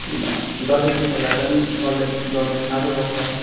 गरीब दुःखीहरूलाई झन् कलेज गर्नु साह्रो पर्छ